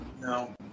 No